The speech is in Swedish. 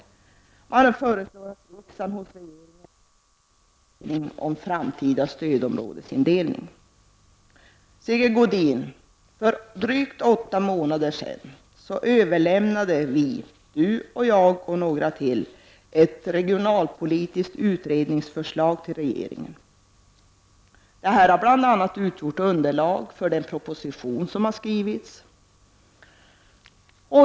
Man föreslår att riksdagen hos regeringen begär en utredning om den framtida stödområdesindelningen. För drygt åtta månader sedan, Sigge Godin, överlämnade Sigge Godin, jag och några till ett regionalpolitiskt utredningsförslag till regeringen. Det har bl.a. utgjort underlag för den proposition som skrivits.